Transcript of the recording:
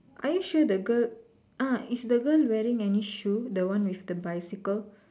are you sure the girl ah is the girl wearing any shoe the one with the bicycle